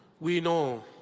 we know